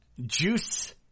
Juice